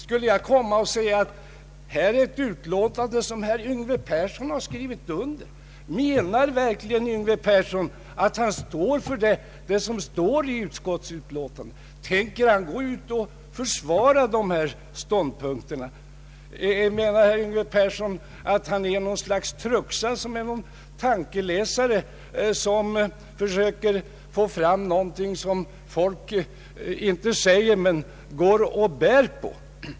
Tänk om jag skulle säga att här är ett utlåtande som herr Yngve Persson har skrivit under, menar verkligen herr Yngve Persson att han står för vad som skrivits i utlåtandet, tänker han försvara dessa ståndpunkter? Tror herr Yngve Persson att han är Truxa, något slags tankeläsare, som försöker få fram något som folk inte säger utan bara går och bär på?